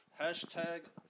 hashtag